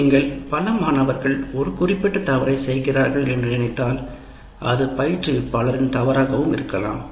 நீங்கள் பல மாணவர்கள் ஒரு குறிப்பிட்ட தவறை செய்கிறார்கள் என்று நினைத்தால் அது பயிற்றுவிப்பாள ரின் தவறாகவும் இருக்கலாம்